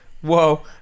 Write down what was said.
Whoa